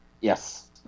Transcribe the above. Yes